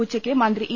ഉച്ചയ്ക്ക് മന്ത്രി ഇ